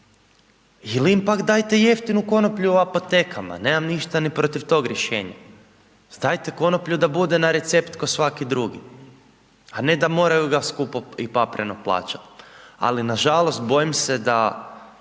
ili im pak dajte jeftinu konoplju u apotekama, nemam ništa ni protiv tog rješenja. Dajte konoplju da bude na recept kao svaki drugi, a ne da moraju ga skupo i papreno plaćati. Ali, nažalost, bojim se da